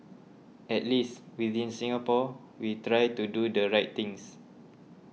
at least within Singapore we try to do the right things